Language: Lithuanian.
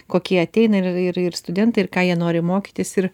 kokie ateina ir ir studentai ir ką jie nori mokytis ir